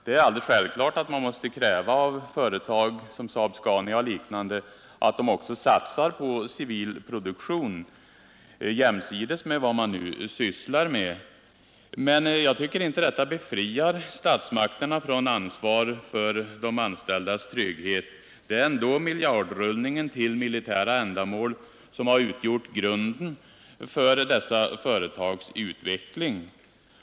Det är alldeles självklart att man måste kräva av ett företag som SAAB-Scania att det satsar på civil produktion jämsides med vad man nu sysslar med, men jag tycker inte att detta befriar statsmakterna från ansvaret för de anställdas trygghet. Det är ändå miljardrullningen till militära ändamål som har utgjort grunden för dessa företags utveckling.